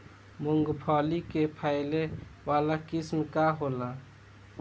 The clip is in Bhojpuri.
मूँगफली के फैले वाला किस्म का होला?